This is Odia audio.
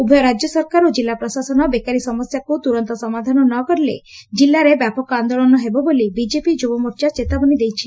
ଉଭୟ ରାଜ୍ୟ ସରକାର ଓ କିଲ୍ଲା ପ୍ରଶାସନ ବେକାରୀ ସମସ୍ୟାକୁ ତୁରନ୍ତ ସମାଧାନ ନ କରିଲେ ଜିଲ୍ଲାରେ ବ୍ୟାପକ ଆନ୍ଦୋଳନ ହେବ ବୋଲି ବିଜେପି ଯୁବ ମୋର୍ଚା ଚେତାବନୀ ଦେଇଛି